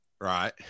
Right